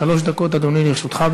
שלוש דקות, אדוני, לרשותך.